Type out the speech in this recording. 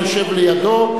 היושב לידו,